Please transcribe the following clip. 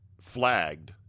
flagged